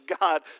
God